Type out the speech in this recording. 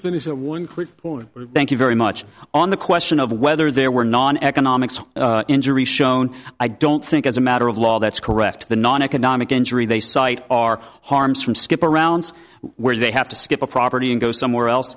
time thank you very much on the question of whether there were non economics injuries shown i don't think as a matter of law that's correct the non economic injury they cite are harms from skip around where they have to skip a property and go somewhere else